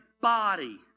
body